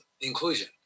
inclusion